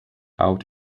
out